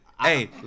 Hey